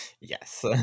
yes